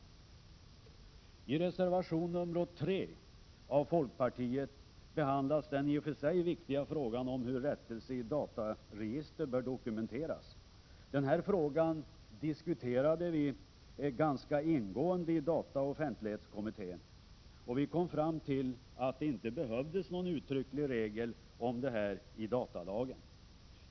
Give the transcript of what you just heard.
4” I reservation nr 3 av folkpartiet behandlas den i och för sig viktiga frågan 11 november 1987 om hur rättelser i dataregister bör dokumenteras. Denna fråga diskuterade vi ganska ingående i dataoch offentlighetskommittén. Vi kom fram till att det inte behövdes någon uttrycklig regel om detta i datalagen.